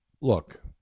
Look